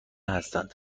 هستند